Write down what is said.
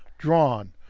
drawn,